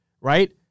Right